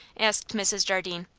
asked mrs. jardine.